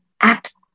Act